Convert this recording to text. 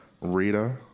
Rita